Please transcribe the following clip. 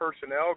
personnel